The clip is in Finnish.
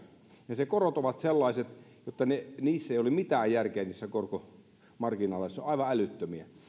ne ne korot ovat sellaiset että ei ole mitään järkeä niissä korkomarginaaleissa ne ovat aivan älyttömiä